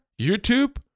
YouTube